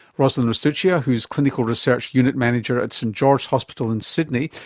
roslyn ristuccia, who's clinical research unit manager at st george hospital in sydney,